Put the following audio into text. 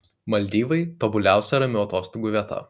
maldyvai tobuliausia ramių atostogų vieta